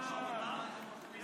מדינות בעולם יש